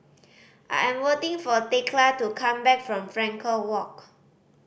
I am waiting for Thekla to come back from Frankel Walk